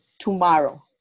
tomorrow